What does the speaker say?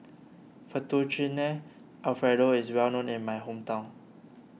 Fettuccine Alfredo is well known in my hometown